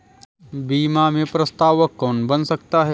बीमा में प्रस्तावक कौन बन सकता है?